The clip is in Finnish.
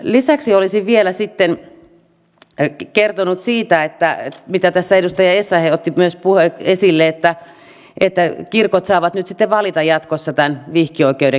lisäksi olisin vielä kertonut siitä minkä tässä edustaja essayah otti myös esille että kirkot saavat nyt sitten valita jatkossa tämän vihkioikeuden käyttämisen